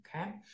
Okay